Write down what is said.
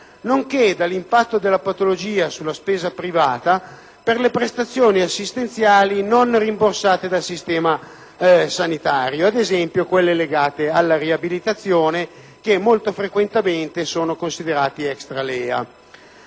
nonché dell'impatto della patologia sulla spesa privata per le prestazioni assistenziali non rimborsate dal Servizio sanitario nazionale, come quelle legate alla riabilitazione, che molto frequentemente sono considerate extra LEA.